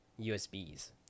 usbs